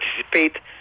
participate